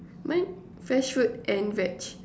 mine fresh fruit and veg